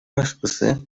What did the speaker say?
башкысы